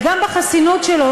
וגם בחסינות שלו,